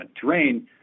terrain